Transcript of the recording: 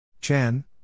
Chan